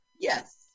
Yes